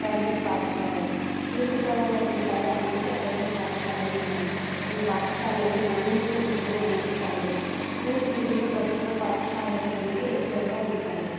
private పాఠశాలలు తూర్పుగోదావరి జిల్లాలో అనేక ప్రైవేట్ పాఠశాలలు ఉన్నాయి ఈ పాఠశాలలు నాణ్యమైన విద్యను అందిస్తాయి స్కూల్ ఫీజులు ప్రభుత్వ పాఠశాలల కంటే ఎక్కువగా ఉంటాయి